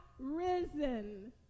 risen